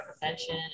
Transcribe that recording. prevention